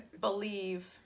believe